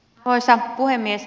arvoisa puhemies